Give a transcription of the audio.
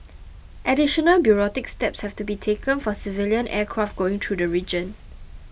additional bureaucratic steps have to be taken for civilian aircraft going through the region